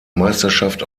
meisterschaft